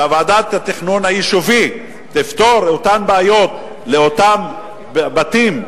שוועדת התכנון היישובי תפתור את אותן בעיות לאותם בתים,